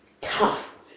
tough